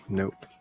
nope